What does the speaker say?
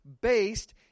based